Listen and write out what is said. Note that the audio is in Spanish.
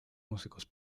músicos